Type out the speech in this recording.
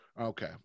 Okay